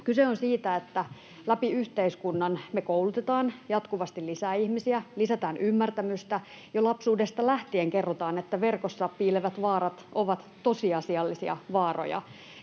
Kyse on siitä, että läpi yhteiskunnan koulutetaan jatkuvasti lisää ihmisiä, lisätään ymmärtämystä, jo lapsuudesta lähtien kerrotaan, että verkossa piilevät vaarat ovat tosiasiallisia vaaroja